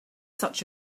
such